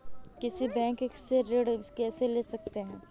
किसी बैंक से ऋण कैसे ले सकते हैं?